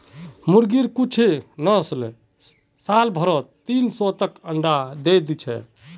मुर्गिर कुछ नस्ल साल भरत तीन सौ तक अंडा दे दी छे